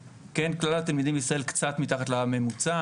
כן, כלל התלמידים בישראל קצת מתחת לממוצע